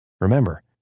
Remember